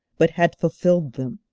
but had fulfilled them.